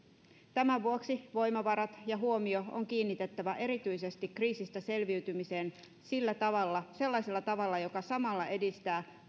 tämän vuoksi voimavarat ja huomio on kiinnitettävä erityisesti kriisistä selviytymiseen sellaisella tavalla joka samalla edistää